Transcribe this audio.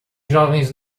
jovens